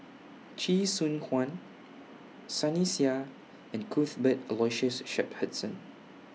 Chee Soon Juan Sunny Sia and Cuthbert Aloysius Shepherdson